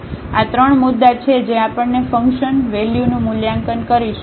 આ ત્રણ મુદ્દા છે જે આપણે ફંકશન વેલ્યુનું મૂલ્યાંકન કરીશું